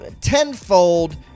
tenfold